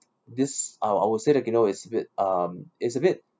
this uh I I will say like you know it's a bit um it's a bit